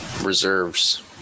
reserves